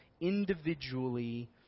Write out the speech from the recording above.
individually